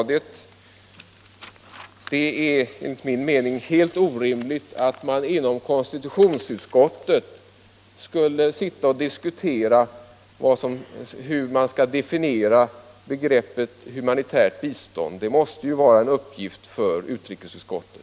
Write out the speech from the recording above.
Det är enligt min mening helt orimligt att man inom konstitutionsutskottet skulle sitta och diskutera hur man skall definiera begreppet humanitärt bistånd. Det måste vara en uppgift för utrikesutskottet.